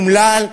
אומלל,